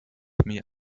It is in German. mir